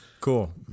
cool